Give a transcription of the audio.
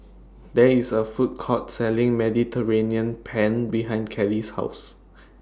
There IS A Food Court Selling Mediterranean Penne behind Callie's House